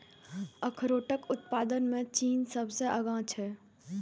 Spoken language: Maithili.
अखरोटक उत्पादन मे चीन सबसं आगां छै